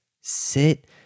Sit